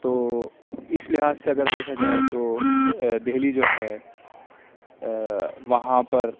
تو اس لحاظ سے اگر دیکھا جائے تو دہلی جو ہے وہاں پر